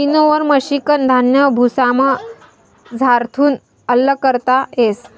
winnower मशिनकन धान्य भुसामझारथून आल्लग करता येस